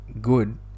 good